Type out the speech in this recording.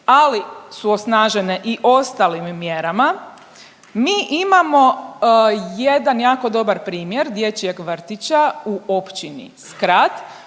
ali su osnažene i ostalim mjerama, mi imamo jedan jako dobar primjer dječjeg vrtića u općini Skrad